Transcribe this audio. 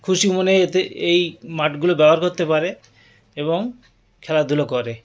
খুশি মনে এতে এই মাঠগুলো ব্যবহার করতে পারে এবং খেলাধুলো করে